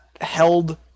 held